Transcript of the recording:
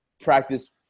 practice